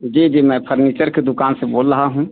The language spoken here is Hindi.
जी जी मैं फर्नीचर के दुकान से बोल रहा हूँ